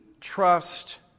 trust